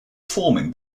forming